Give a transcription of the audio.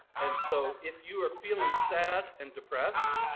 and so if you are feeling sad and depressed,